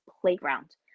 playground